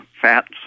fats